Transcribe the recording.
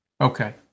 Okay